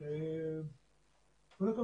קודם כל,